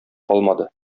калмады